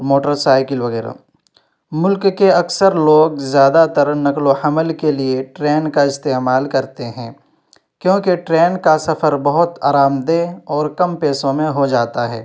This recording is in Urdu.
موٹر سائیکل وغیرہ ملک کے اکثر لوگ زیادہ تر نقل و حمل کے لیے ٹرین کا استعمال کرتے ہیں کیونکہ ٹرین کا سفر بہت آرام دہ اور کم پیسوں میں ہو جاتا ہے